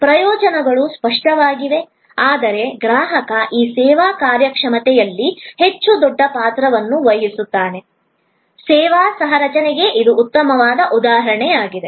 ಪ್ರಯೋಜನಗಳು ಸ್ಪಷ್ಟವಾಗಿವೆ ಆದರೆ ಗ್ರಾಹಕ ಈ ಸೇವಾ ಕಾರ್ಯಕ್ಷಮತೆಯಲ್ಲಿ ಹೆಚ್ಚು ದೊಡ್ಡ ಪಾತ್ರವನ್ನು ವಹಿಸುತ್ತಿದೆ ಸೇವಾ ಸಹ ರಚನೆಗೆ ಇದು ಉತ್ತಮ ಉದಾಹರಣೆಯಾಗಿದೆ